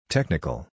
Technical